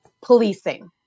policing